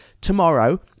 tomorrow